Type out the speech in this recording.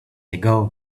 ago